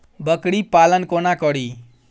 बकरी पालन कोना करि?